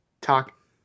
Talk